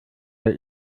der